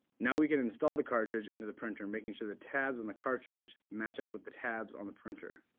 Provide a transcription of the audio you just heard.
now we can install the cartridge into the printer making sure the tabs on the cartridge match up with the tabs on the printer.